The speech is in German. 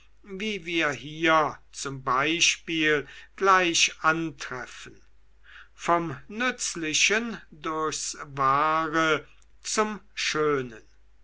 wie wir hier z b gleich antreffen vom nützlichen durchs wahre zum schönen